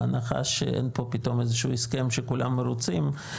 בהנחה שאין פה פתאום איזה שהוא הסכם שכולם מרוצים,